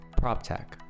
PropTech